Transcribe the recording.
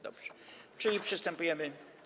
Dobrze, czyli przystępujemy.